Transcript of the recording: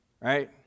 Right